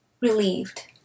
relieved